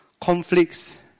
conflicts